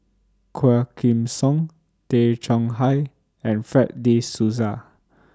Quah Kim Song Tay Chong Hai and Fred De Souza